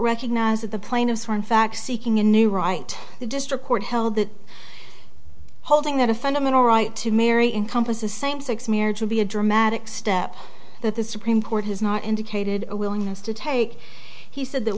recognized that the plaintiffs were in fact seeking a new right the district court held that holding that a fundamental right to marry encompasses same sex marriage would be a dramatic step that the supreme court has not indicated a willingness to take he said that